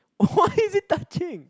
why is it touching